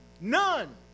none